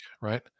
right